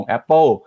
Apple